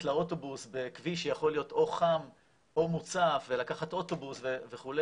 לאוטובוס בכביש שיוכל להיות או חם או מוצף ולקחת אוטובוס וכו',